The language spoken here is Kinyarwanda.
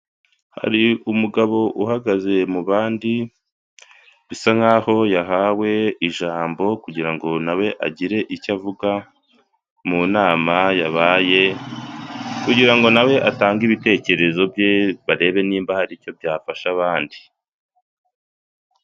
Hari umugabo uhagaze mu bandi bisa nkaho yahawe ijambo kugirango nawe agire icyo avuga mu nama yabaye, kugirango nawe atange ibitekerezo bye barebe niba hari icyo byafasha abandi.